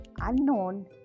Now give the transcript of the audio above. unknown